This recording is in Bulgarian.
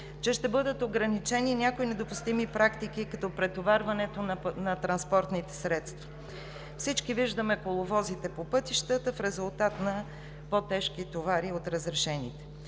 че ще бъдат ограничени някои недопустими практики, като претоварването на транспортните средства. Всички виждаме коловозите по пътищата в резултат на по тежки товари от разрешените.